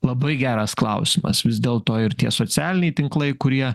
labai geras klausimas vis dėl to ir tie socialiniai tinklai kurie